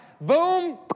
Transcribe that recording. Boom